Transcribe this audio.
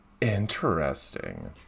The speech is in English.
Interesting